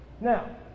Now